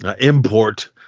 import